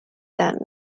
that